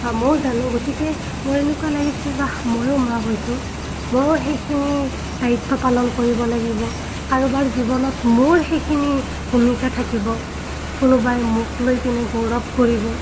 বা মইও জানো গতিকে মোৰ এনেকুৱা লাগিছে বা ময়ো মা হৈছোঁ ময়ো সেইখিনি দায়িত্ব পালন কৰিব লাগিব কাৰোবাৰ জীৱনত মোৰ সেইখিনি ভূমিকা থাকিব কোনোবাই মোক লৈ পিনে গৌৰৱ কৰিব